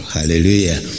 Hallelujah